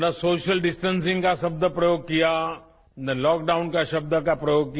न social distancing का शब्द प्रयोग किया न लॉकडाउन के शब्द का प्रयोग किया